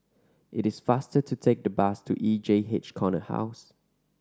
it is faster to take the bus to E J H Corner House